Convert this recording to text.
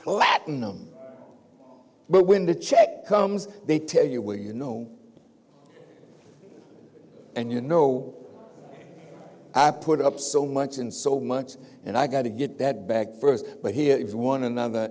platinum but when the check comes they tell you well you know and you know i put up so much and so much and i gotta get that back first but here is one another